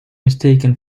mistaken